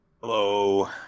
hello